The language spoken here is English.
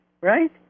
right